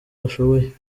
bashoboye